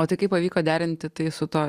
o tai kaip pavyko derinti tai su tuo